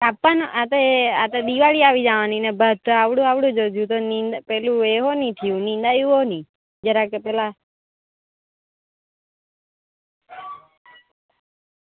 કાપવાના આ તો એ આ તો દિવાળી આવી જવાની ને ભાત તો આવડું આવડું હજુ નહીં પેલું એ હો નહીં થયું નીંદાયુંય નહીં જરાક પેલા